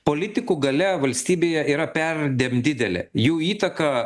politikų galia valstybėje yra perdėm didelė jų įtaka